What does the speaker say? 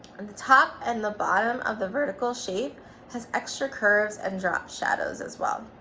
and the top and the bottom of the vertical shape has extra curves and drop shadows as well.